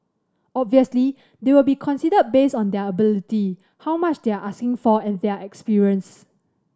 obviously they'll be considered based on their ability how much they are asking for and their experience